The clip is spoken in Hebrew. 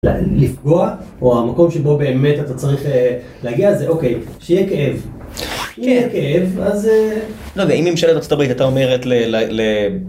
לפגוע, או המקום שבו באמת אתה צריך להגיע, זה אוקיי, שיהיה כאב. יהיה כאב, אז... לא, ואם הממשלה בארצות הברית הייתה אומרת ל...